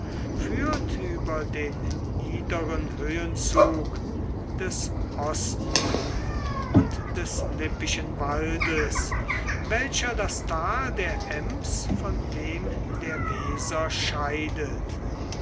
führt über den niederen höhenzug des osning und des lippischen waldes welcher das tal der ems von dem der weser scheidet